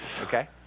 Okay